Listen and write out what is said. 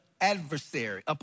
adversary